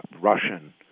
russian